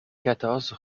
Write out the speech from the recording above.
quatorze